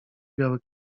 biały